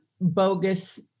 bogus